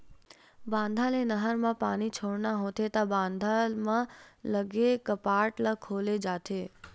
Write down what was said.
बांधा ले नहर म पानी छोड़ना होथे त बांधा म लगे कपाट ल खोले जाथे